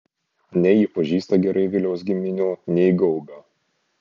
nei ji pažįsta gerai viliaus giminių nei gaubio